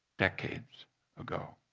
decades ago.